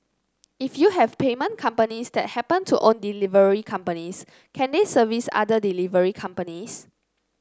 if you have payment companies that happen to own delivery companies can they service other delivery companies